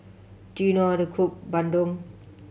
do you know how to cook bandung